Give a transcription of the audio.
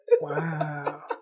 Wow